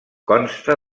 consta